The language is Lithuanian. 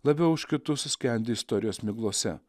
labiau už kitus skendi istorijos miglose